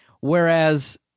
whereas